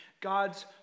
God's